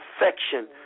affection